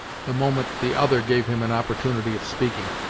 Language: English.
the moment the other gave him an opportunity of speaking.